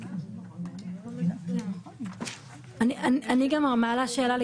אסור לנו להגיע למצב שיש פה מעין חצי הכרזה.